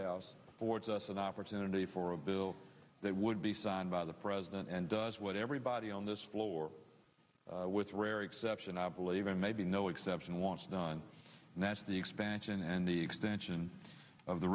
house for it's us that opportunity for a bill that would be signed by the president and does what everybody on this floor with rare exception i believe in maybe no exception wants done and that's the expansion and the extension of the